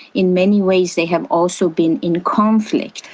in many ways they have also been in conflict.